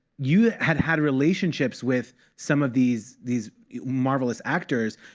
you had had relationships with some of these these marvelous actors.